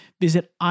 visit